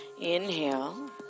Inhale